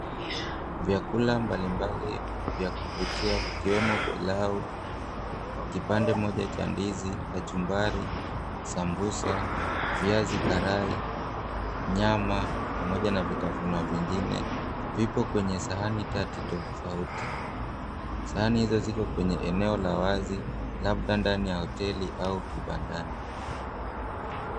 Vyakula mbalimbali vya kuvutia vikiwemo pilau, kipande moja cha ndizi, kachumbari, sambusa, viazi karai, nyama pamoja na vitafunwa vingine vipo kwenye sahani tatu tofauti. Sahani hizo ziko kwenye eneo la wazi labda ndani ya hoteli au kibandani.